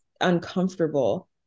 uncomfortable